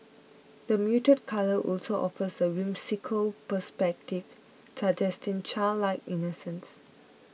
the muted colour also offer a whimsical perspective suggesting childlike innocence